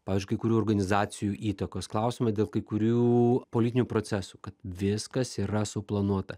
pavyzdžiui kai kurių organizacijų įtakos klausime dėl kai kurių politinių procesų kad viskas yra suplanuota